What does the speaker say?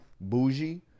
bougie